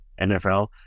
NFL